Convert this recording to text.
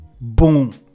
boom